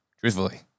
truthfully